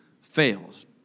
fails